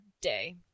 day